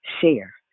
share